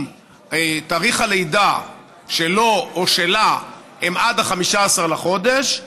אם תאריך הלידה שלו או שלה הם עד 15 בחודש,